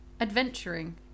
adventuring